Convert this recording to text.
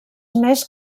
més